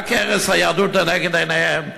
רק הרס היהדות לנגד עיניהם.